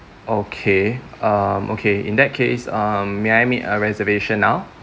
okay um okay in that case um may I make a reservation now